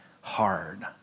hard